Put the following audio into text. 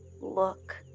Look